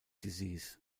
disease